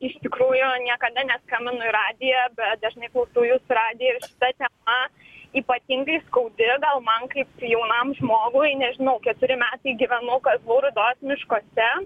iš tikrųjų niekada neskambinu į radiją bet dažnai klausau jūsų radijo ir šita tema ypatingai skaudi gal man kaip jaunam žmogui nežinau keturi metai gyvenu kazlų rūdos miškuose